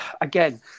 again